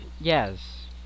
Yes